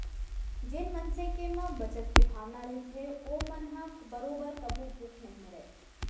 जेन मनसे के म बचत के भावना रहिथे ओमन ह बरोबर कभू भूख नइ मरय